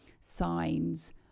signs